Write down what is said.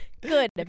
Good